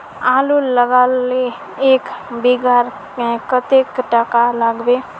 आलूर लगाले एक बिघात कतेक टका लागबे?